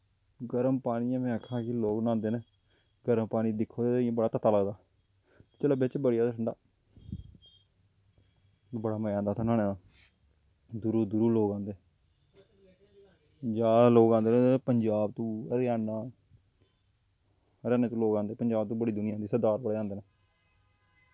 गर्म पानियै में आक्खां कि लोग न्हांदे न गर्म पानी दिक्खो ते इ'यां बड़ा तत्ता लगदा जिसलै बिच्च बड़ी जाओ ठंडा बड़ा मज़ा आंदा उत्थें न्हाने दा दूरों दूरों लोग आंदे जादा लोग आंदे न उद्धर पंजाब तो हरियाणा पंजाब हरियाणे तू लोक आंदे पंजाब तू बड़ी दुनियां आंदी सरदार बड़े आंदे न